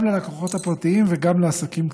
גם ללקוחות הפרטיים וגם לעסקים הקטנים,